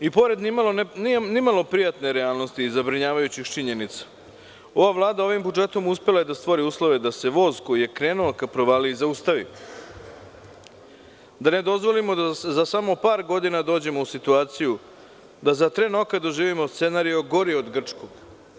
I pored nimalo prijatne realnosti i zabrinjavajućih činjenica, ova Vlada ovim budžetom uspela je da stvori uslove da se voz koji je krenuo ka provaliji zaustavi, da ne dozvolimo da za samo par godina dođemo u situaciju da za tren oka doživimo scenario gori od grčkog.